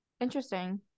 interesting